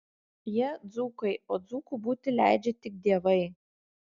jie dzūkai o dzūku būti leidžia tik dievai